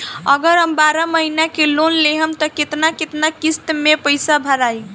अगर हम बारह महिना के लोन लेहेम त केतना केतना किस्त मे पैसा भराई?